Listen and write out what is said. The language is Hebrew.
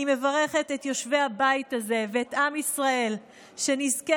אני מברכת את יושבי הבית הזה ואת עם ישראל שנזכה,